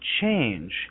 change